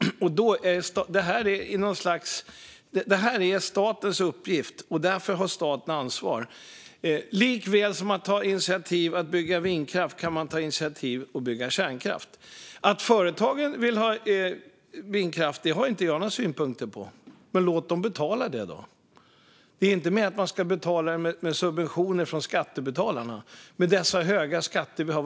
Det här är statens uppgift, och därför har staten ansvar. Likaväl som att man kan ta initiativ till att bygga vindkraft kan man ta initiativ till att bygga kärnkraft. Att företagen vill ha vindkraft har jag inga synpunkter på, men låt dem då betala för det. Det är inte meningen att det ska betalas med subventioner från skattebetalarna, med de höga skatter vi har.